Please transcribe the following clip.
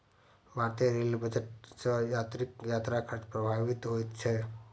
भारतीय rail budget सॅ यात्रीक यात्रा खर्च प्रभावित होइत छै